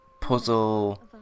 Puzzle